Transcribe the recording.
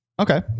okay